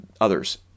others